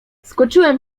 skoczyłem